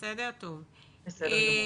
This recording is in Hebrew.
בסדר גמור.